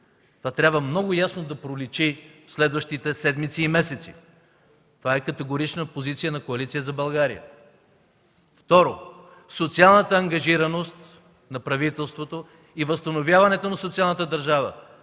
Това трябва много ясно да проличи в следващите седмици и месеци. Това е категорична позиция на Коалиция за България. Второ, социалната ангажираност на правителството и възстановяването на социалната държава